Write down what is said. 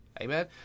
amen